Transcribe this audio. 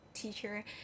teacher